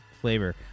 flavor